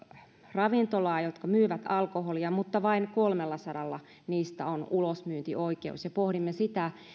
ravintolaa jotka myyvät alkoholia mutta vain kolmellasadalla niistä on ulosmyyntioikeus pohdimme sitä